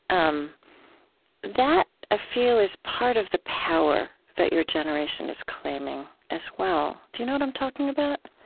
um that i feel is part of the power that your generation is claiming as well. do you know what i'm talking about?